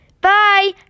Bye